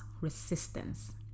resistance